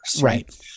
right